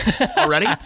Already